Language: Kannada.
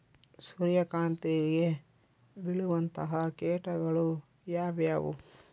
ಸೂರ್ಯಕಾಂತಿಗೆ ಬೇಳುವಂತಹ ಕೇಟಗಳು ಯಾವ್ಯಾವು?